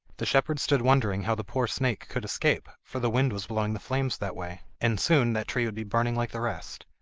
the shepherd stood wondering how the poor snake could escape, for the wind was blowing the flames that way, and soon that tree would be burning like the rest.